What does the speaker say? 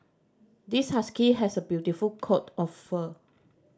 this husky has a beautiful coat of fur